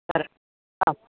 അതെ ആ